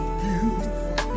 beautiful